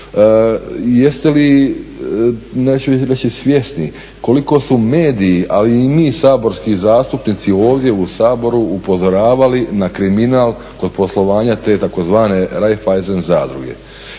Jeste li, neću reći svjesni, koliko su mediji ali i mi saborski zastupnici ovdje u Saboru upozoravali na kriminal kod poslovanja te tzv. raiffeisen zadruge.